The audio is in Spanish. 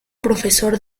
profesor